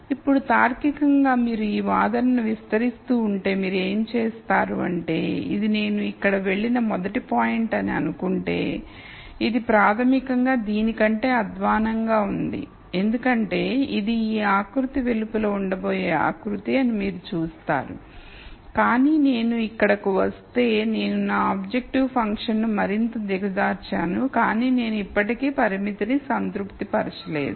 ఇప్పుడు తార్కికంగా మీరు ఈ వాదనను విస్తరిస్తూ ఉంటే మీరు ఏమి చూస్తారు అంటే ఇది నేను ఇక్కడకు వెళ్ళిన మొదటి పాయింట్ అని అనుకుంటే ఇది ప్రాథమికంగా దీని కంటే అధ్వాన్నంగా ఉంది ఎందుకంటే ఇది ఈ ఆకృతి వెలుపల ఉండబోయే ఆకృతి అని మీరు చూస్తారు కాని నేను క ఇక్కడ కు వస్తే నేను నా ఆబ్జెక్టివ్ ఫంక్షన్ను మరింత దిగజార్చాను కాని నేను ఇప్పటికీ పరిమితిని సంతృప్తిపరచలేదు